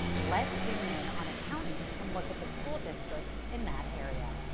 let's zoom in on a county and look at the school districts in that area.